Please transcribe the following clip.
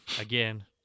Again